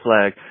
flag